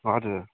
हजुर